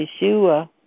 Yeshua